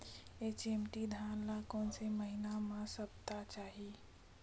HMT धान ल कोन से महिना म सप्ता चाही?